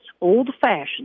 old-fashioned